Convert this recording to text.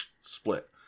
split